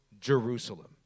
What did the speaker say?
Jerusalem